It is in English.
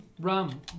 Rum